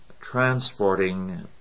transporting